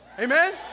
Amen